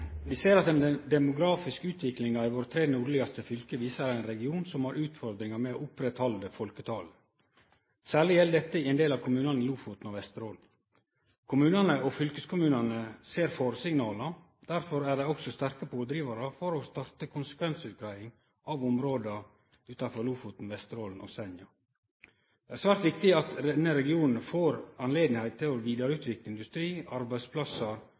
Vi ser at den demografiske utviklinga i våre tre nordlegaste fylke viser ein region som har utfordringar med å oppretthalde folketalet. Særleg gjeld dette i ein del av kommunane i Lofoten og Vesterålen. Kommunane og fylkeskommunane ser faresignala, og derfor er dei også sterke pådrivarar for å starte konsekvensutgreiing av områda utanfor Lofoten, Vesterålen og Senja. Det er svært viktig at denne regionen får anledning til å vidareutvikle industri, arbeidsplassar